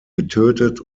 getötet